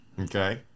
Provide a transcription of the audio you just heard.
Okay